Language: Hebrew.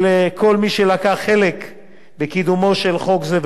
לכל מי שלקח חלק בקידומו של חוק זה,